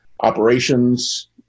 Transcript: operations